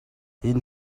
энэ